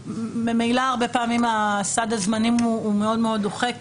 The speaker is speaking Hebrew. ממילא הרבה פעמים סד הזמנים הוא מאוד מאוד דוחק